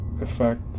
effect